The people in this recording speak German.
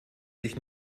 sich